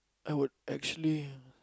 I would actually